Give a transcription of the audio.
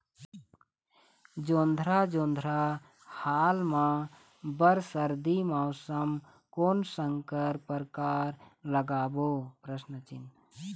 जोंधरा जोन्धरा हाल मा बर सर्दी मौसम कोन संकर परकार लगाबो?